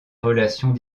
relations